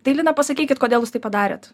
tai pasakykit kodėl jūs taip padarėt